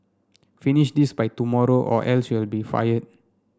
finish this by tomorrow or else you'll be fired